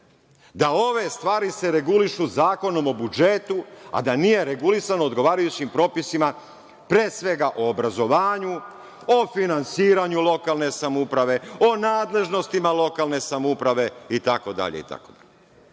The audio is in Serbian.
da ove stvari se regulišu Zakonom o budžetu, a da nije regulisano odgovarajućim pravnim propisima, pre svega o obrazovanju, o finansiranju lokalne samouprave, o nadležnostima lokalne samouprave, itd?